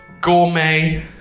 gourmet